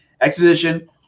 exposition